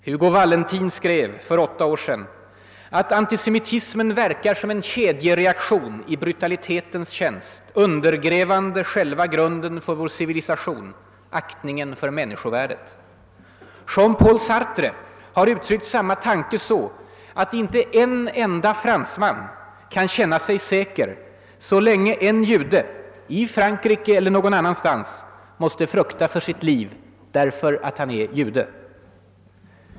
Hugo Valentin skrev för åtta år sedan att antisemitismen verkar »som en kedjereaktion i brutalitetens tjänst, undergrävande själva grunden för vår civilisation: aktningen för människovärdet». Jean Paul Sartre har uttryckt samma tanke så att »inte en enda fransman kan kän na sig säker så länge en jude, i Frankrika eller annorstädes i världen, måste frukta för sitt liv därför att han är jude».